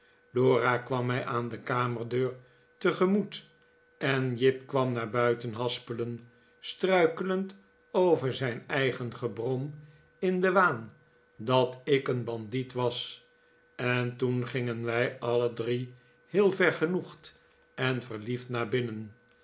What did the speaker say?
dora kwam mij aan de kamerdeur tegemoet en jip kwam naar buiten haspelen struikelend over zijn eigen gebrom in den waan dat ik een bandiet was en toen gingen wij alle drie heel vergenoegd en verliefd naar binnen